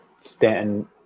Stanton